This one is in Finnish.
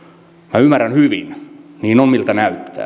minä ymmärrän hyvin että niin on miltä näyttää mutta se